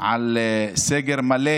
על סגר מלא